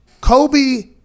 Kobe